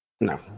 no